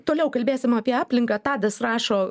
toliau kalbėsim apie aplinką tadas rašo